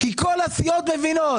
כל הסיעות מבינות